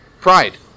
pride